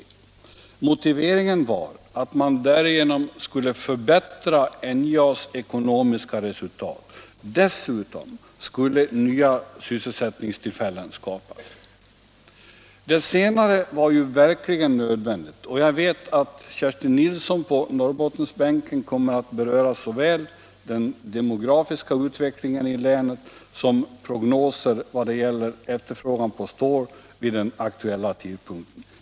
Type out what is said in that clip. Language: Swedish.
Motiveringen var att man därigenom skulle förbättra NJA:s ekonomiska resultat. Dessutom skulle nya sysselsättningstillfällen skapas. Det senare var verkligen nödvändigt, och jag vet att Kerstin Nilsson på Norrbottensbänken kommer att beröra såväl den demografiska utvecklingen i länet som prognoserna för efterfrågan på stål vid den aktuella tidpunkten.